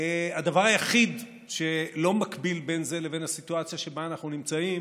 הדבר היחיד שלא מקביל בין זה לבין הסיטואציה שבה אנחנו נמצאים